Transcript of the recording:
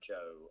Joe